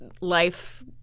life